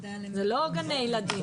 זה לא גני ילדים.